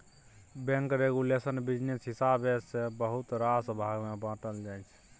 bank regulation business हिसाबेँ बहुत रास भाग मे बाँटल जाइ छै